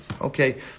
Okay